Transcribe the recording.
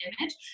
image